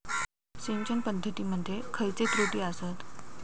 सिंचन पद्धती मध्ये खयचे त्रुटी आसत?